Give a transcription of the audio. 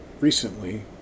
recently